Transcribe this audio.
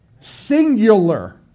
Singular